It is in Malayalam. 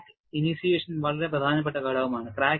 ക്രാക്ക് ഇനിഷെയ്ഷൻ വളരെ പ്രധാനപ്പെട്ട ഘട്ടമാണ്